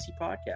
podcast